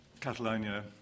Catalonia